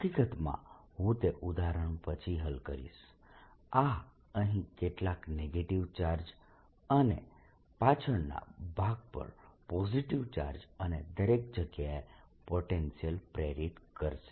હકીકતમાં હું તે ઉદાહરણ પછીથી હલ કરીશ આ અહીં કેટલાક નેગેટીવ ચાર્જીસ અને પાછળના ભાગ પર પોઝીટીવ ચાર્જ અને દરેક જગ્યાએ પોટેન્શિયલ પ્રેરિત કરશે